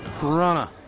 Corona